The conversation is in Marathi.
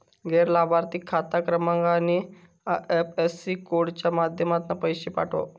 गैर लाभार्थिक खाता क्रमांक आणि आय.एफ.एस.सी कोडच्या माध्यमातना पैशे पाठव